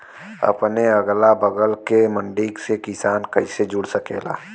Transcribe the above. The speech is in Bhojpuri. अपने अगला बगल के मंडी से किसान कइसे जुड़ सकेला?